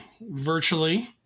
virtually